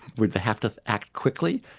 when they have to act quickly.